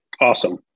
Awesome